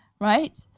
right